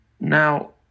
Now